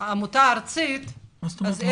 עמותה ארצית -- מה זאת אומרת לא עובד מדינה?